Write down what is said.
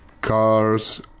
Cars